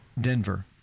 Denver